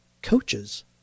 coaches